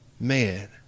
man